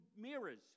mirrors